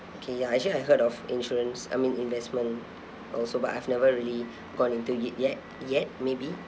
okay ya actually I heard of insurance I mean investment also but I've never really gone into it yet yet maybe